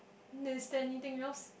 is there anything else